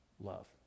love